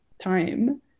time